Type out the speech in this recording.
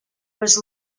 was